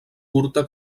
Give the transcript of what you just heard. curta